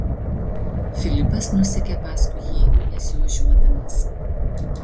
filipas nusekė paskui jį nesiožiuodamas